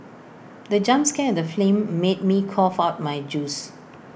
the jump scare in the film made me cough out my juice